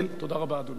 תודה רבה, אדוני.